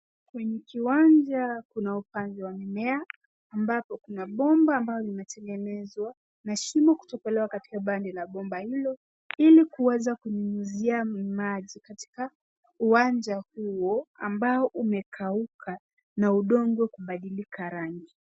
Kwenye kiwanja kuna upanzi wa mimea ambapo kuna bomba ambazo zimetengenezwa na shimi kutobolewa katika pande la bomba hili ili kuweza kunyunyizia maji katika uwanja huo ambao umekauka na udongo kubadilika rangi.